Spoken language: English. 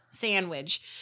sandwich